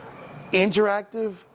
interactive